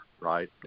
right